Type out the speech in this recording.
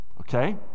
okay